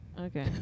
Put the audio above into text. Okay